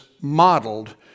modeled